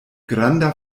granda